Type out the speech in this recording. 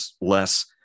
less